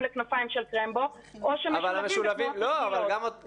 ל'כנפיים של קרמבו' או משולבים בתנועות רגילות.